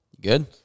Good